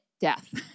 death